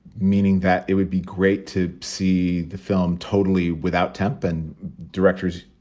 meaning that it would be great to see the film totally without temp and directors.